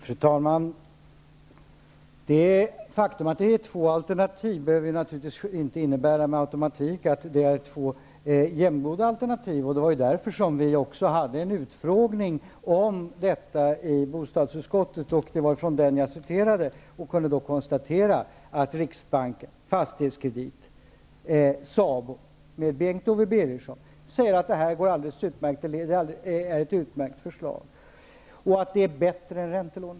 Fru talman! Det faktum att det finns två alternativ behöver inte med automatik innebära att det är två jämngoda alternativ. Det var också därför vi hade en utfrågning i detta ärende i bostadsutskottet. Det var från den utfrågningen som jag citerade och kunde konstatera att riksbanken, Fastighetskredit och SABO med Bengt-Owe Birgersson säger att detta går alldeles utmärkt och att det är ett utmärkt förslag, bättre än räntelånesystemet.